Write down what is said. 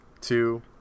two